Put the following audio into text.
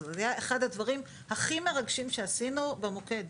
זה היה אחד הדברים הכי מרגשים שעשינו במוקד.